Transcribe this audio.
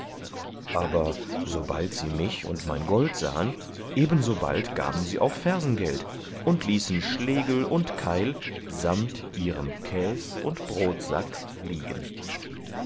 aber sobald sie mich und mein gold sahen ebenso bald gaben sie auch fersengeld und ließen schlegel und keil samt ihrem käs und brotsack liegen